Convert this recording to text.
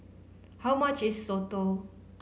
how much is soto